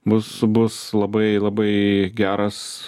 bus bus labai labai geras